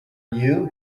you